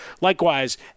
Likewise